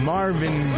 Marvin